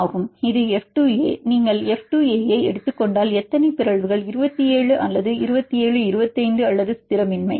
ஆமாம் இது F 2 A நீங்கள் எஃப் 2 ஏ ஐ எடுத்துக் கொண்டால் எத்தனை பிறழ்வுகள் 27 அல்லது 27 25 அல்லது ஸ்திரமின்மை